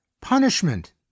punishment